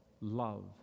love